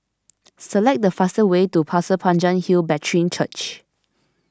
select the fastest way to Pasir Panjang Hill Brethren Church